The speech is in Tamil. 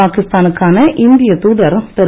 பாகிஸ்தானுக்கான இந்திய தூதர் திரு